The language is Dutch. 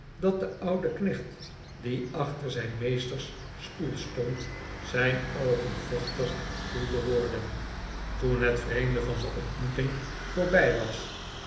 dat de oude knecht die achter zijn meesters stoel stond zijn oogen vochtig voelde worden toen het vreemde van de ontmoeting voorbij was